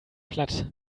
platt